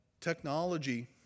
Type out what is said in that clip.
technology